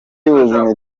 y’ubuzima